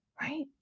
right